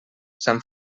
sant